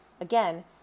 Again